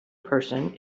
person